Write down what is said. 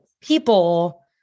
people